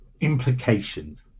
implications